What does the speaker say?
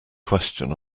question